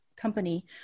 company